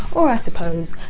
or, i suppose,